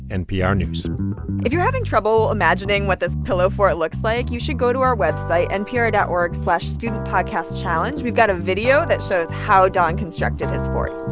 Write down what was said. npr news if you're having trouble imagining what this pillow fort looks like, you should go to our website, npr dot org slash studentpodcastchallenge. we've got a video that shows how don constructed his fort